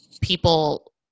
people